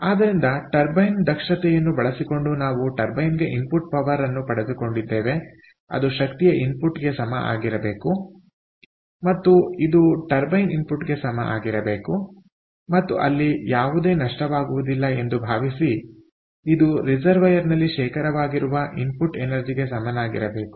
ಆದ್ದರಿಂದ ಟರ್ಬೈನ್ ದಕ್ಷತೆಯನ್ನು ಬಳಸಿಕೊಂಡು ನಾವು ಟರ್ಬೈನ್ಗೆ ಇನ್ಪುಟ್ ಪವರ್ ಅನ್ನು ಪಡೆದುಕೊಂಡಿದ್ದೇವೆ ಅದು ಶಕ್ತಿಯ ಇನ್ಪುಟ್ಗೆ ಸಮ ಆಗಿರಬೇಕು ಮತ್ತು ಇದು ಟರ್ಬೈನ್ ಇನ್ಪುಟ್ಗೆ ಸಮ ಆಗಿರಬೇಕು ಮತ್ತು ಅಲ್ಲಿ ಯಾವುದೇ ನಷ್ಟವಾಗುವುದಿಲ್ಲ ಎಂದು ಭಾವಿಸಿ ಇದು ರಿಸರ್ವೈಯರ್ನಲ್ಲಿ ಶೇಖರವಾಗಿರುವ ಇನ್ಪುಟ್ ಎನರ್ಜಿಗೆ ಸಮನಾಗಿರಬೇಕು